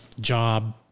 job